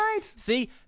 see